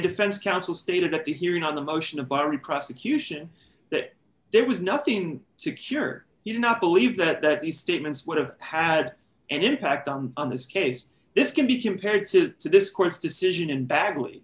defense counsel stated at the hearing on the motion of bari prosecution that there was nothing to cure you do not believe that these statements would have had any impact on his case this can be compared to this court's decision in badly